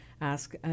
ask